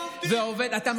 תם